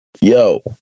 yo